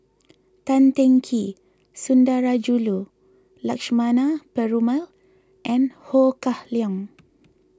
Tan Teng Kee Sundarajulu Lakshmana Perumal and Ho Kah Leong